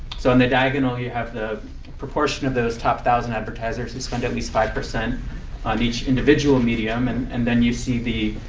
so on the diagonal, you have the proportion of those top thousand advertisers who spend at least five percent on each individual medium and and then you see